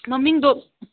ꯃꯃꯤꯡꯗꯣ